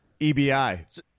EBI